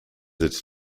its